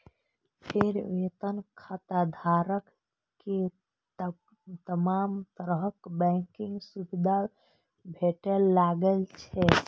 फेर वेतन खाताधारक कें तमाम तरहक बैंकिंग सुविधा भेटय लागै छै